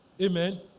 Amen